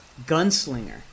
gunslinger